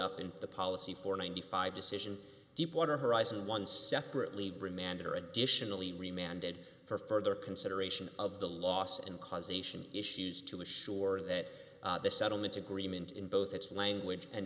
up in the policy for ninety five decision deepwater horizon one separately remanded or additionally remanded for further consideration of the loss and causation issues to assure that the settlement agreement in both its language and